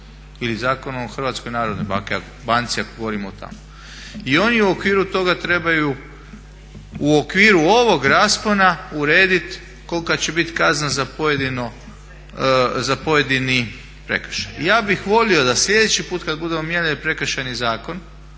ili Zakon o Hrvatskoj narodnoj banci ako govorimo o tomu. I oni u okviru toga trebaju, u okviru ovog raspona uredit kolka će bit kazna za pojedini prekršaj. I ja bih volio da sljedeći put kad budemo mijenjali Prekršajni zakon,